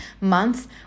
month